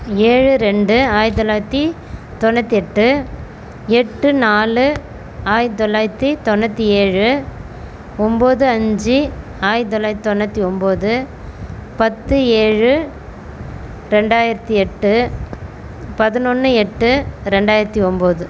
ஏழு ரெண்டு ஆயிரத்தி தொள்ளாயிரத்தி தொண்ணூற்றெட்டு எட்டு நாலு ஆயிரத்தி தொள்ளாயிரத்தி தொண்ணூற்றி ஏழு ஒம்பது அஞ்சு ஆயிரத்தி தொள்ளாயிரத்தி தொண்ணூற்றி ஒம்பது பத்து ஏழு ரெண்டாயிரத்தி எட்டு பதினொன்னு எட்டு ரெண்டாயிரத்தி ஒம்பது